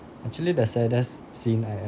actually the saddest scene I